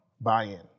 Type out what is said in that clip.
buy-in